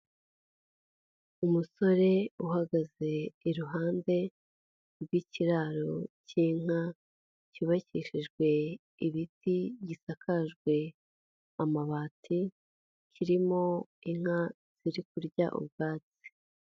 Umusore uhagaze iruhande rw'ikiraro cy'inka cyubakishijwe ibiti gisakajwe amabati, kirimo inka ziri kurya ubwatsi.